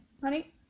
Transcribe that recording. Honey